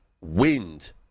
wind